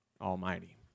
almighty